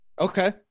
Okay